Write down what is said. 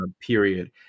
period